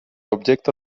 objecte